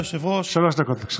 שלוש דקות לרשותך.